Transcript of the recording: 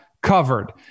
covered